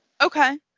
Okay